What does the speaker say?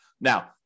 Now